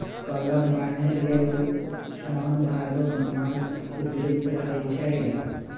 कलम बान्हे लेल साओन भादो मास उपयुक्त रहै छै